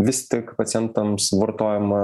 vis tik pacientams vartojama